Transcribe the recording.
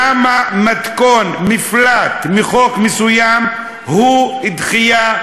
למה המתכון למפלט מחוק מסוים הוא דחייה,